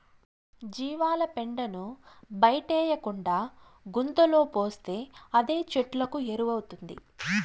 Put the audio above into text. జీవాల పెండను బయటేయకుండా గుంతలో పోస్తే అదే చెట్లకు ఎరువౌతాది